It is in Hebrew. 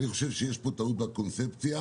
לדעתי, יש טעות בקונספציה,